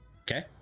Okay